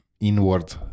inward